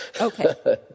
Okay